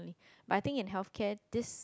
but I think in healthcare this